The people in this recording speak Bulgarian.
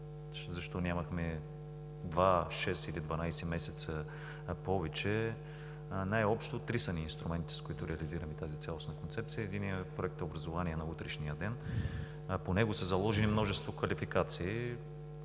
защо нямахме два, шест или дванадесет месеца повече? Най-общо – три са ни инструментите, с които реализираме тази цялостна концепция. Единият е Проект „Образование за утрешния ден“ и по него са заложени множество квалификации.